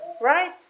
Right